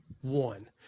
one